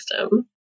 system